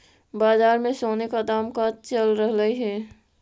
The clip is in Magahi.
बाजार में सोने का दाम का चल रहलइ हे